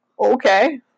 okay